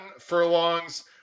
furlongs